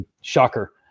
Shocker